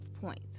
point